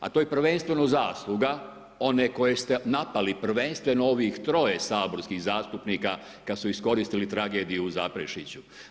A to je prvenstveno zasluga one koje ste napali, prvenstveno ovih troje saborskih zastupnika kada su iskoristili tragediju u Zaprešiću.